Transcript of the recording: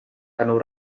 tänu